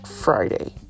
Friday